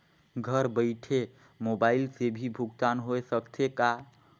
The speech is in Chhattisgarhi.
घर बइठे मोबाईल से भी भुगतान होय सकथे का?